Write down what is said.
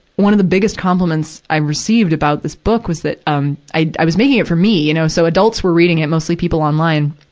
one of the biggest compliments i received about this book was that, um, i, i was making it for me, you know. so adults were reading it, mostly people online.